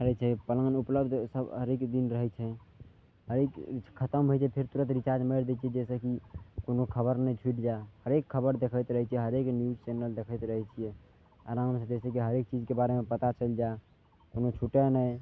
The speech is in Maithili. करै छै उपलब्ध सभ हरेक दिन रहै छै हरेक खत्म होइ छै फेर तुरत रिचार्ज मारि दै छियै जाहिसँ कि कोनो खबर नहि छुटि जाइ हरेक खबर देखैत रहै छियै लेकिन न्यूज चैनल देखैत रहै छियै आराम से जाहि सऽ कि हरेक चीजके बारेमे पता चलि जाइ कोनो छूटै नहि